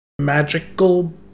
magical